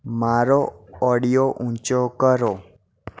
મારો ઑડિયો ઊંચો કરો